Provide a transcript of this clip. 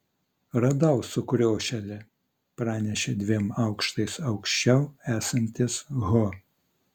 radau sukriošėlį pranešė dviem aukštais aukščiau esantis ho